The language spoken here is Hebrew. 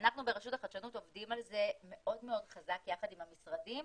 עד היום